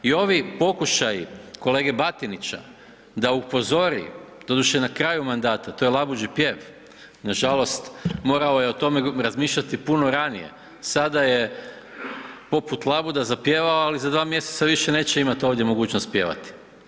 I ovi pokušaji kolege Batinića da upozori, doduše na kraju mandata, to je labuđi pjev, nažalost morao je o tome razmišljati puno ranije, sada je poput labuda zapjevao, ali za dva mjeseca više neće imat ovdje mogućnost pjevati.